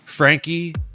Frankie